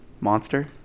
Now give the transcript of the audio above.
Monster